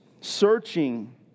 searching